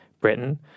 Britain